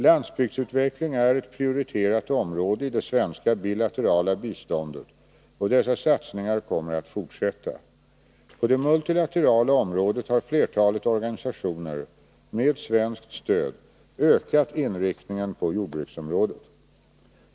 Landsbygdsutveckling är ett prioriterat område i det svenska bilaterala biståndet, och dessa satsningar kommer att fortsätta. På det multilaterala området har flertalet organisationer — med svenskt stöd — ökat inriktningen på jordbruksområdet.